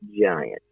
giant